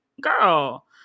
girl